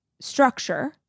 structure